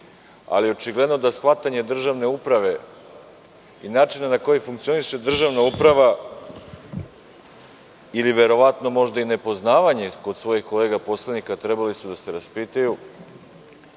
ali očigledno da shvatanje državne uprave i načina na koji funkcioniše državna uprava ili verovatno možda i nepoznavanje kod svojih kolega poslanika, trebali su da se raspitaju,